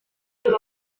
roedd